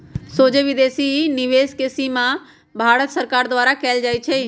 सोझे विदेशी निवेश के सीमा भारत सरकार द्वारा कएल जाइ छइ